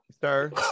Sir